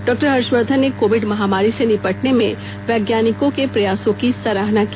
डॉ हर्ष वर्धन ने कोविड महामारी से निपटने में वैज्ञानिकों को प्रयासों की सराहना की